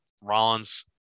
Rollins